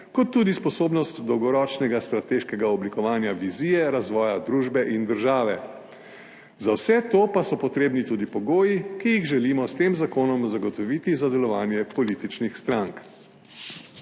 kot tudi sposobnost dolgoročnega strateškega oblikovanja vizije razvoja družbe in države. Za vse to pa so potrebni tudi pogoji, ki jih želimo s tem zakonom zagotoviti za delovanje političnih strank.